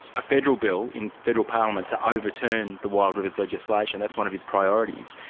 a federal bill in federal parliament to overturn the wild rivers legislation. that's one of his priorities.